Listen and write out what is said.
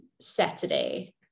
Saturday